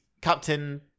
captain